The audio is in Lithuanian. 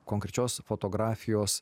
konkrečios fotografijos